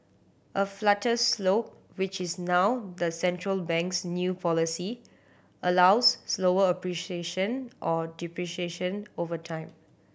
a flatter slope which is now the central bank's new policy allows slower appreciation or depreciation over time